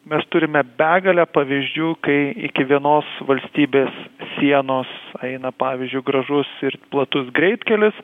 mes turime begalę pavyzdžių kai iki vienos valstybės sienos eina pavyzdžiui gražus ir platus greitkelis